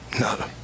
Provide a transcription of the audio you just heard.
No